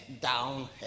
down